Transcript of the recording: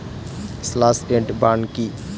Slash and burn কি?